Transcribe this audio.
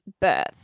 birth